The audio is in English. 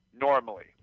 normally